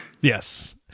Yes